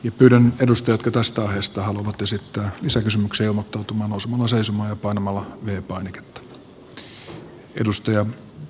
yhden perustyötä tästä ajasta haluavat esittää lisäkysymyksiä mutta moskova seisomaan ja panemalla herra puhemies